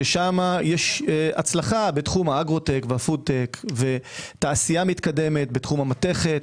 ששם יש הצלחה בתחום האגרוטק והפוד טק ותעשייה מתקדמת בתחום המתכת,